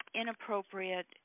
inappropriate